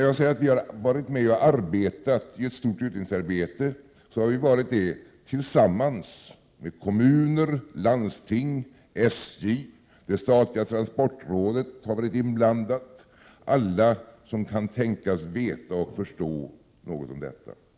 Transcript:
Jag säger att vi har varit med i ett stort utredningsarbete, och det har vi varit tillsammans med kommuner, landsting och SJ. Det statliga transportrådet har varit inblandat. Alla som kan tänkas veta och förstå något om detta har varit med.